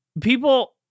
people